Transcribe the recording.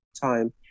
time